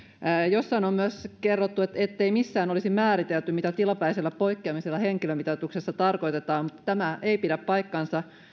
jossain on myös kerrottu ettei missään olisi määritelty mitä tilapäisellä poikkeamisella henkilömitoituksessa tarkoitetaan mutta tämä ei pidä paikkaansa